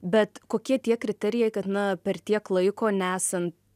bet kokie tie kriterijai kad na per tiek laiko nesan